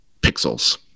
pixels